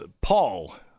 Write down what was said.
Paul